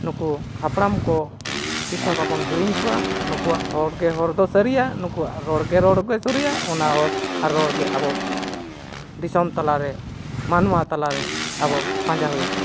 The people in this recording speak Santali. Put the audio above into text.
ᱱᱩᱠᱩ ᱦᱟᱯᱲᱟᱢ ᱠᱚ ᱛᱤᱥᱦᱚᱸ ᱵᱟᱵᱚᱱ ᱦᱤᱲᱤᱧ ᱠᱚᱣᱟ ᱱᱩᱠᱩᱣᱟᱜ ᱦᱚᱨᱜᱮ ᱦᱚᱨᱫᱚ ᱥᱟᱹᱨᱤᱭᱟ ᱱᱩᱠᱩᱣᱟᱜ ᱨᱚᱲᱜᱮ ᱨᱚᱲᱫᱚ ᱥᱟᱹᱨᱤᱭᱟ ᱚᱱᱟ ᱨᱚᱲᱜᱮ ᱟᱵᱚ ᱫᱤᱥᱚᱢ ᱛᱟᱞᱟᱨᱮ ᱢᱟᱱᱣᱟ ᱛᱟᱞᱟᱨᱮ ᱟᱵᱚ ᱯᱟᱸᱟ ᱦᱩᱭ ᱟᱵᱚᱱᱟ